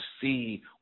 see